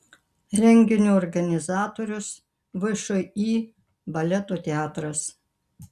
renginio organizatorius všį baleto teatras